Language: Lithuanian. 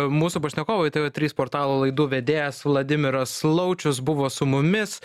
mūsų pašnekovui tv trys portalo laidų vedėjas vladimiras laučius buvo su mumis